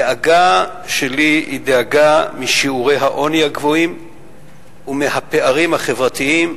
הדאגה שלי היא דאגה משיעורי העוני הגבוהים ומהפערים החברתיים,